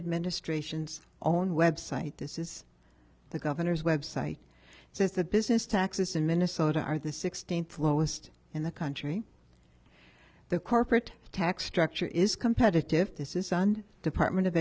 administration's own website this is the governor's website it says the business taxes in minnesota are the sixteenth lowest in the country the corporate tax structure is competitive this is on department of